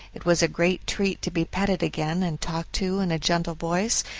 it was a great treat to be petted again and talked to in a gentle voice,